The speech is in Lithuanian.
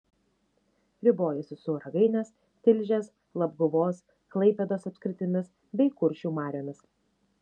ribojosi su ragainės tilžės labguvos klaipėdos apskritimis bei kuršių mariomis